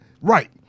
Right